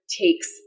takes